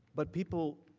but people,